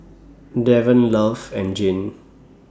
Darron Love and Jane